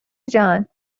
جان